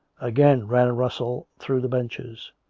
again ran a rustle through the benches.